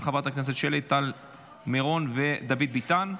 של חברי הכנסת שלי טל מירון ודוד ביטן.